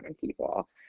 people